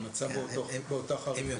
המצב הוא באותה חריפות.